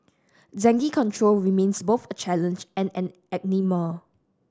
dengue control remains both a challenge and an enigma